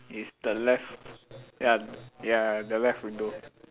is the left ya ya the left window